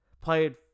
played